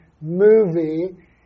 movie